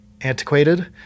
antiquated